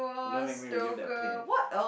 don't make me relieve that pain